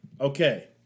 Okay